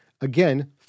again